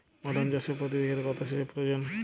বাদাম চাষে প্রতি বিঘাতে কত সেচের প্রয়োজন?